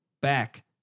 back